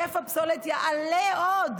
היקף הפסולת יעלה עוד,